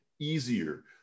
easier